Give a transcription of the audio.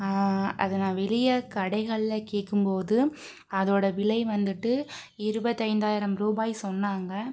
அதை நான் வெளியே கடைகள்ல கேட்கும்போது அதோடய விலை வந்துட்டு இருபத்தைந்தாயிரம் ரூபாய் சொன்னாங்கள்